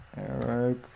Eric